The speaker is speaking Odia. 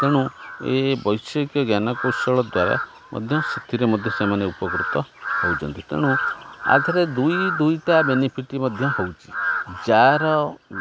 ତେଣୁ ଏ ବୈଷୟିକ ଜ୍ଞାନ କୌଶଳ ଦ୍ୱାରା ମଧ୍ୟ ସେଥିରେ ମଧ୍ୟ ସେମାନେ ଉପକୃତ ହେଉଛନ୍ତି ତେଣୁ ଏଥିରେ ଦୁଇ ଦୁଇଟା ବେନିଫିଟ୍ ମଧ୍ୟ ହେଉଛି ଯାହାର